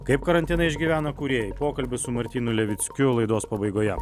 kaip karantiną išgyvena kūrėjai pokalbis su martynu levickiu laidos pabaigoje